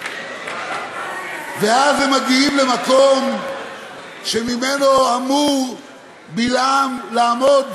ואז הם מגיעים למקום שממנו אמור בלעם לעמוד